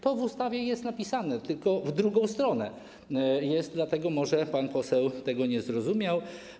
To w ustawie jest napisane, tylko w drugą stronę, dlatego może pan poseł tego nie zrozumiał.